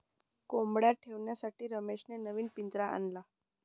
कोंबडया ठेवण्यासाठी रमेशने नवीन पिंजरा आणला